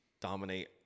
dominate